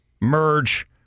merge